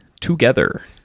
together